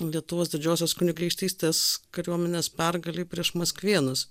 lietuvos didžiosios kunigaikštystės kariuomenės pergalei prieš maskvėnus